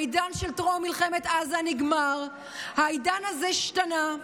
העידן של טרום מלחמת עזה נגמר, העידן הזה השתנה.